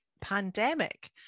pandemic